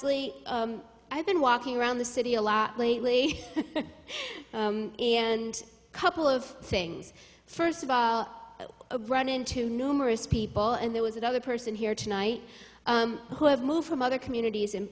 y i've been walking around the city a lot lately and couple of things first of all run into numerous people and there was another person here tonight who have moved from other communities and